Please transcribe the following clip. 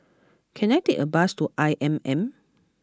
can I take a bus to I M M